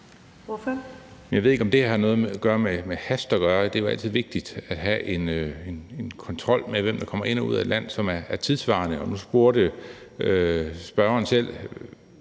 (V): Jeg ved ikke, om det har noget med hast at gøre. Det er jo altid vigtigt at have en kontrol med, hvem der kommer ind og ud af et land, som er tidssvarende. Nu spurgte spørgeren selv